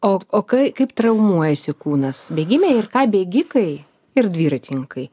o o kai kaip traumuojasi kūnas bėgime ir ką bėgikai ir dviratinkai